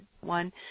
one